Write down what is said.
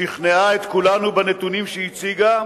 שכנעה את כולנו בנתונים שהציגה,